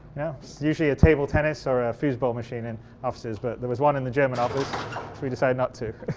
yeah usually a table tennis or a foosball machine in offices, but there was one in the german office so we decided not to.